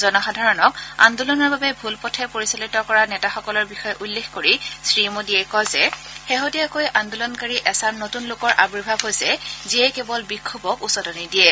জনসাধাৰণক আন্দোলনৰ বাবে ভূল পথে পৰিচালিত কৰা নেতাসকলৰ বিষয়ে উল্লেখ কৰি শ্ৰীমোদীয়ে কয় যে শেহতীয়াকৈ আন্দোলনকাৰী এচাম নতূন লোকৰ আবিৰ্ভাৱ হৈছে যিয়ে কেৱল বিক্ষোভক উচতনি দিয়ে